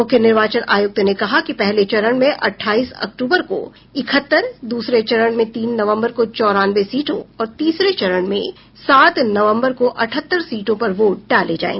मुख्य निवार्चन आयुक्त ने कहा कि पहले चरण में अट्ठाईस अक्तूबर को इकहत्तर दूसरे चरण में तीन नवंबर को चौरानवे सीटों और तीसरे चरण में सात नवंबर को अठहत्तर सीटों पर वोट डाले जाएंगे